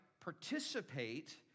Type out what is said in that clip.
participate